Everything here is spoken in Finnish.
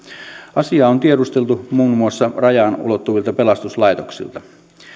asiaa on tiedusteltu muun muassa rajaan ulottuvilta pelastuslaitoksilta